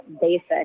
basic